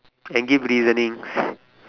and give reasonings